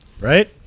right